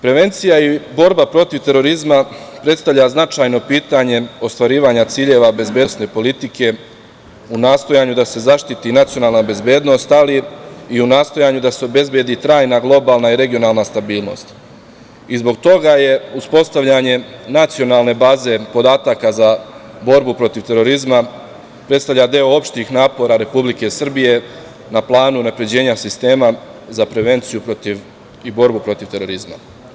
Prevencija i borba protiv terorizma predstavlja značajno pitanje ostvarivanja ciljeva bezbednosne politike u nastojanju da se zaštiti nacionalna bezbednosti, ali i u nastojanju da se obezbedi trajna globalna i regionalna stabilnost i zbog toga uspostavljanje nacionalne baze podataka za borbu protiv terorizma predstavlja deo opštih napora Republike Srbije na planu unapređenja sistema za prevenciju i borbu protiv terorizma.